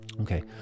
okay